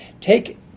Take